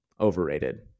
overrated